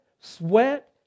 sweat